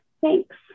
thanks